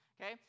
okay